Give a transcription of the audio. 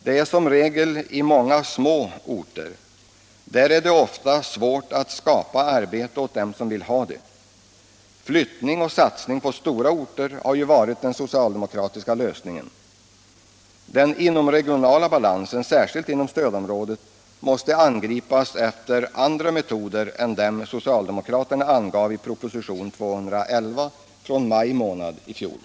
Det är som regel i många små orter. Där är det ofta svårt att skapa arbete åt dem som vill ha det. Flyttning och satsning på stora orter har ju varit den socialdemokratiska lösningen. Den inomregionala balansen, särskilt inom stödområdet, måste angripas efter andra metoder än dem socialdemokraterna angav i propositionen 211 från maj månad i fjol.